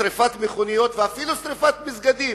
שרפת מכוניות ואפילו שרפת מסגדים.